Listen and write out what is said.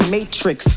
Matrix